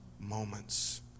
moments